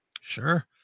Sure